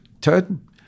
Ted